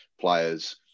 players